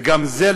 וגם בזה,